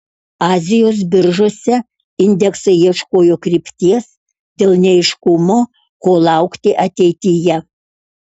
azijos biržose indeksai ieškojo krypties dėl neaiškumo ko laukti ateityje